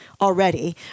already